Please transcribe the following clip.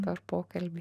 per pokalbį